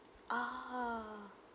orh